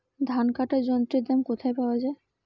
ধান কাটার যন্ত্রের দাম কোথায় পাওয়া যায়?